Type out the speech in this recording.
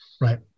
right